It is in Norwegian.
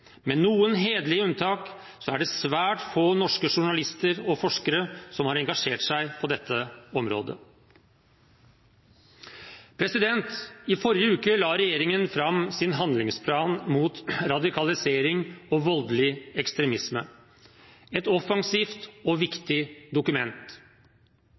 Med noen hederlige unntak er det svært få norske journalister og forskere som har engasjert seg på dette området. I forrige uke la regjeringen fram sin handlingsplan mot radikalisering og voldelig ekstremisme, et offensivt og